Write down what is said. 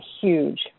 huge